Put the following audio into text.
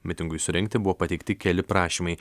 mitingui surengti buvo pateikti keli prašymai